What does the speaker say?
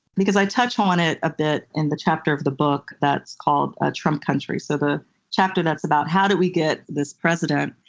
because i touch on it a bit in the chapter of the book that's called ah trump country, so the chapter that's about how do we get this president.